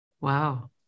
Wow